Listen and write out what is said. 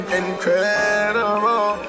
incredible